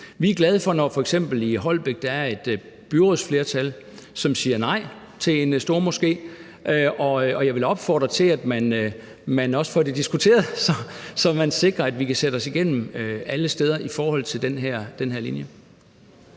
Vi er glade for, når der f.eks. i Holbæk er et byrådsflertal, som siger nej til en stormoské. Og jeg vil opfordre til, at man også får det diskuteret, så man sikrer, at vi kan sætte os igennem alle steder i forhold til den her linje.